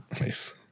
Nice